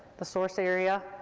the source area,